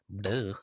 duh